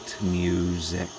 music